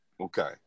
okay